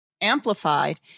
amplified